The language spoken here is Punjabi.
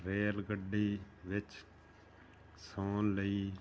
ਰੇਲ ਗੱਡੀ ਵਿੱਚ ਸੌਣ ਲਈ